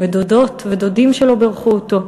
ודודות ודודים שלו בירכו אותו.